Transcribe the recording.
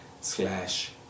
slash